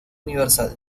universal